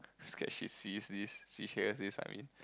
scared she sees this she hears this I mean